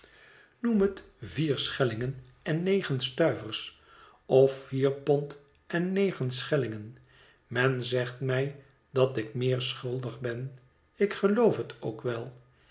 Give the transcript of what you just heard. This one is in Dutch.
noem het vier schellingen en negen stuivers of vier pond en negen schellingen men zegt mij dat ik meer schuldig ben ik geloof het ook wel